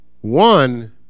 One